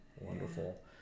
wonderful